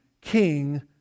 King